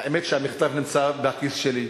האמת היא שהמכתב נמצא בכיס שלי,